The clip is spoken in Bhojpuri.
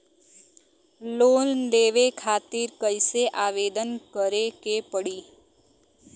लोन लेवे खातिर कइसे आवेदन करें के पड़ी?